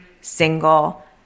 single